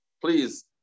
Please